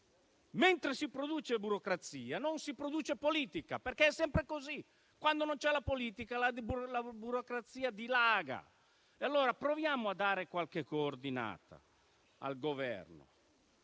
Mentre si produce burocrazia, però, non si produce politica, perché è sempre così. Quando non c'è la politica, la burocrazia dilaga. Allora, proviamo a dare qualche coordinata al Governo,